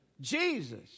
Jesus